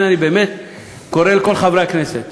אני קורא לכל חברי הכנסת